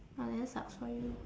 ah then sucks for you